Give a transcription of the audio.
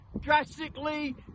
drastically